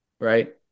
right